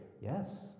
Yes